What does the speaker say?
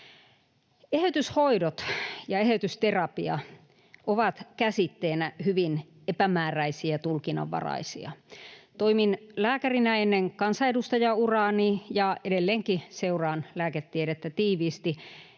Eheytyshoidot ja eheytysterapia ovat käsitteinä hyvin epämääräisiä ja tulkinnanvaraisia. Toimin lääkärinä ennen kansanedustajauraani ja edelleenkin seuraan lääketiedettä tiiviisti.